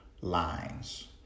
lines